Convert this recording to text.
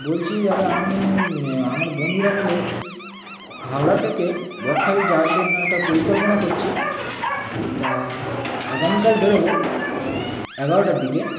বলছি দাদা আমি আমার বন্ধুরা মিলে হাওড়া থেকে বকখালি যাওয়ার জন্য একটা পরিকল্পনা করছি তা আগামীকাল বেরোবো এগারোটার দিকে